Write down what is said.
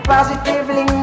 Positively